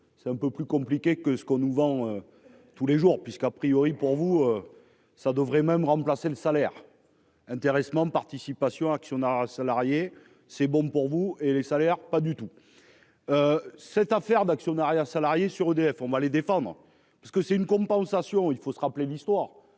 C'est un peu plus compliqué que ce qu'on nous vend. Tous les jours puisqu'à priori pour vous. Ça devrait même remplacer le salaire, intéressement, participation, actionnariat salarié, c'est bon pour vous et les salaires. Pas du tout. Cette affaire d'actionnariat salarié sur EDF. On va les défendre parce que c'est une compensation. Il faut se rappeler l'histoire.